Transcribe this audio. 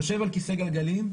יושב על כיסא גלגלים,